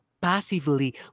passively